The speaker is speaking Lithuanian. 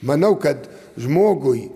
manau kad žmogui